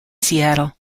seattle